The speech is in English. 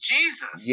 Jesus